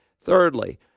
Thirdly